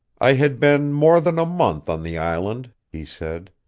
i had been more than a month on the island, he said.